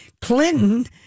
Clinton